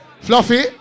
Fluffy